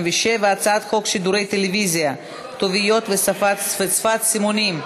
27: הצעת חוק שידורי טלוויזיה (כתוביות ושפת סימנים)